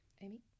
Amy